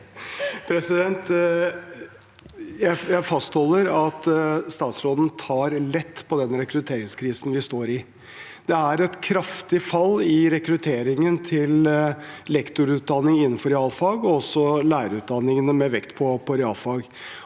Jeg fastholder at statsråden tar lett på denne rekrutteringskrisen vi står i. Det er et kraftig fall i rekrutteringen til lektorutdanning innenfor realfag og også til lærerutdanningene med vekt på realfag.